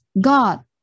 God